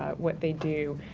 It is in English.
ah what they do,